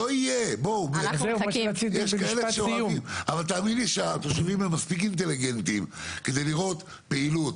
תאמין לי שהתושבים הם מספיק אינטליגנטים כדי לראות פעילות,